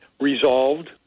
resolved